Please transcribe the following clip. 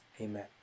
amen